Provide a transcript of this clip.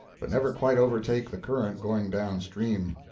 but never quite overtake the current going down-stream.